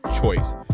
choice